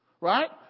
Right